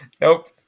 Nope